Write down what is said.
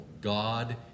God